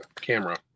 camera